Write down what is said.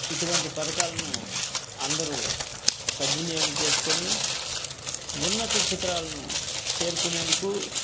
ఇటువంటి పథకాలను అందరూ సద్వినియోగం చేసుకొని ఉన్నత శిఖరాలను చేరుకునేందుకు